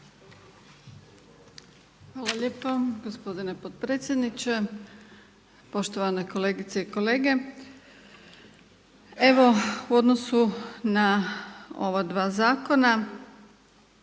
Hvala lijepo gospodine potpredsjedniče. Poštovane kolegice i kolege. Evo u odnosu na ova dva zakona